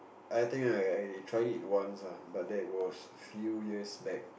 I think right I tried it once ah but that was few years back